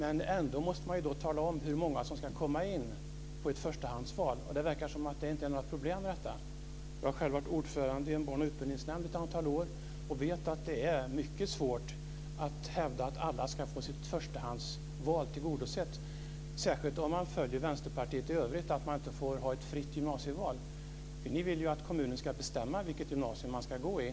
Ändå måste man tala om hur många som ska komma in på ett förstahandsval. Det verkar som om det inte är några problem med detta. Jag har själv varit ordförande i en utbildningsnämnd i ett antal år och vet att det är mycket svårt att hävda att alla ska få sitt förstahandsval tillgodosett, särskilt om man följer Vänsterpartiets uppfattning i övrigt och menar att det inte ska vara ett fritt gymnasieval. Ni vill ju att kommunen ska bestämma vilket gymnasium man ska gå i.